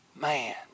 man